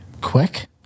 quick